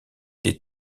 des